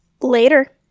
Later